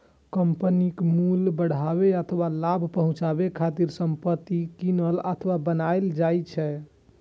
कंपनीक मूल्य बढ़ाबै अथवा लाभ पहुंचाबै खातिर संपत्ति कीनल अथवा बनाएल जाइ छै